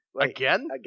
Again